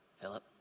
Philip